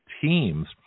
teams